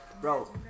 bro